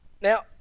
Now